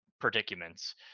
predicaments